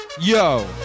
Yo